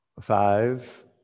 Five